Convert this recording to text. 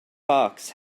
box